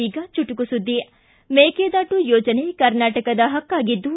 ಈಗ ಚುಟುಕು ಸುದ್ದಿ ಮೇಕೆದಾಟು ಯೋಜನೆ ಕರ್ನಾಟಕದ ಹಕ್ಕಾಗಿದ್ದು